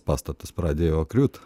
pastatas pradėjo griūt